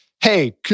hey